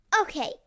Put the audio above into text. Okay